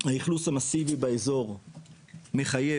האכלוס המסיבי באזור מחייב